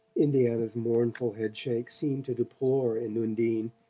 indiana's mournful head-shake seemed to deplore, in undine,